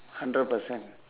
hundred percent